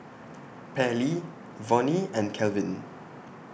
Pairlee Vonnie and Kelvin